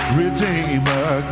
redeemer